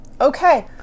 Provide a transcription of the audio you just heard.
okay